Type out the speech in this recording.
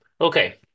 Okay